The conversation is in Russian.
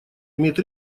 имеет